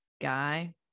guy